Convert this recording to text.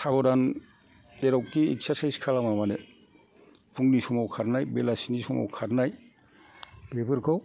साब'धान जेरावखि एकसारसाइस खालामा मानो फुंनि समाव खारनाय बेलासिनि समाव खारनाय बेफोरखौ